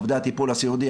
עובדי הטיפול הסיעודי,